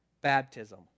baptism